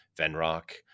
Venrock